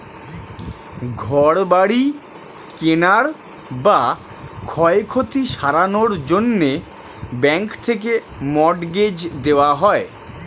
ঘর বাড়ি কেনার বা ক্ষয়ক্ষতি সারানোর জন্যে ব্যাঙ্ক থেকে মর্টগেজ দেওয়া হয়